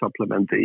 supplementation